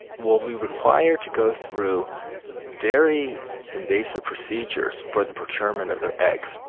will be required to go through very invasive procedures for the procurement of their eggs,